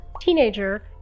teenager